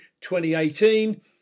2018